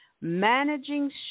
Managing